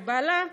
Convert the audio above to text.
ואת בעלה,